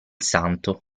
santo